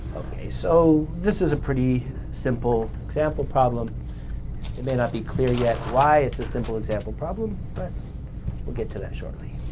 okay, so this is a pretty simple example problem. it may not be clear yet why it's a simple example problem, but we'll get to that shortly.